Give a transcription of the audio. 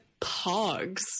pogs